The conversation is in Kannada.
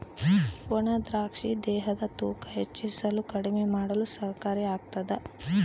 ಒಣ ದ್ರಾಕ್ಷಿ ದೇಹದ ತೂಕ ಹೆಚ್ಚಿಸಲು ಕಡಿಮೆ ಮಾಡಲು ಸಹಕಾರಿ ಆಗ್ತಾದ